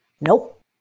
Nope